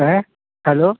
ഏ ഹലോ